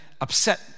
upset